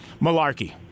malarkey